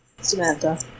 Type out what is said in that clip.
Samantha